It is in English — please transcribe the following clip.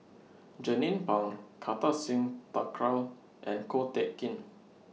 Jernnine Pang Kartar Singh Thakral and Ko Teck Kin